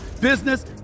business